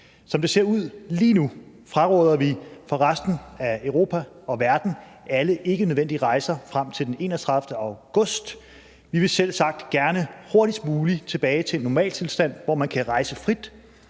Som det ser ud lige nu, fraråder vi for resten af Europa og verden alle ikkenødvendige rejser frem til den 31. august. Vi vil selvsagt gerne hurtigst muligt tilbage til en normaltilstand, hvor man kan rejse frit,